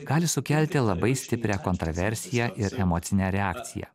gali sukelti labai stiprią kontraversiją ir emocinę reakciją